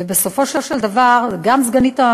ובסופו של דבר גם אותה